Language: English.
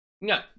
No